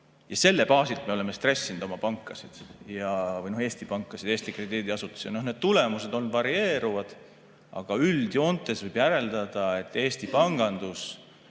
Ja selle baasilt me oleme stressinud oma pankasid, Eesti pankasid, Eesti krediidiasutusi. Noh, need tulemused on varieeruvad, aga üldjoontes võib järeldada, et Eesti pangandus